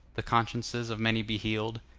the consciences of many be healed,